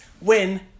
win